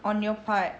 on your part